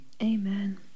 Amen